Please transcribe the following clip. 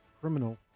Criminal